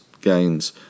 gains